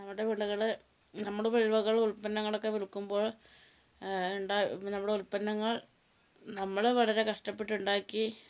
നമ്മുടെ വിളകൾ നമ്മൾ വിളവകൾ ഉൽപ്പന്നങ്ങൾ ഒക്കെ വിൽക്കുമ്പോൾ ഉണ്ട് നമ്മുടെ ഉൽപ്പന്നങ്ങൾ നമ്മൾ വളരെ കഷ്ടപ്പെട്ട് ഉണ്ടാക്കി